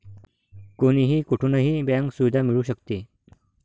कोणीही कुठूनही बँक सुविधा मिळू शकते